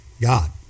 God